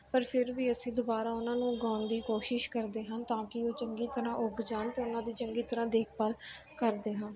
ਪਰ ਫਿਰ ਵੀ ਅਸੀਂ ਦੁਬਾਰਾ ਉਹਨਾਂ ਨੂੰ ਉਗਾਉਣ ਦੀ ਕੋਸ਼ਿਸ਼ ਕਰਦੇ ਹਾਂ ਤਾਂ ਕਿ ਉਹ ਚੰਗੀ ਤਰ੍ਹਾਂ ਉੱਗ ਜਾਣ ਅਤੇ ਉਹਨਾਂ ਦੀ ਚੰਗੀ ਤਰ੍ਹਾਂ ਦੇਖਭਾਲ ਕਰਦੇ ਹਾਂ